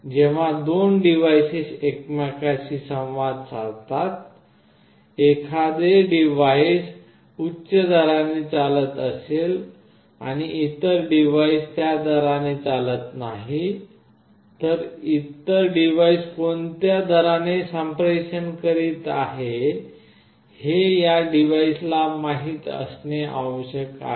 जेव्हा 2 डिव्हाइसेस एकमेकांशी संवाद साधतात एखादे डिव्हाइस उच्च दराने चालत असेल आणि इतर डिव्हाइस त्या दराने चालत नाही तर इतर डिव्हाइस कोणत्या दराने संप्रेषण करीत आहे हे या डिव्हाइसला माहित असणे आवश्यक आहे